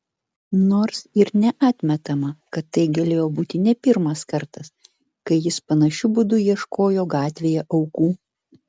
nors ir neatmetama kad tai galėjo būti ne pirmas kartas kai jis panašiu būdu ieškojo gatvėje aukų